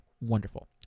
wonderful